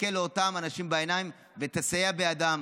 תסתכל לאותם אנשים בעיניים ותסייע להם.